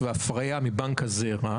בניגוד לאחרים כן חשבת שמדובר כאן בזכות למשפחה,